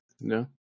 No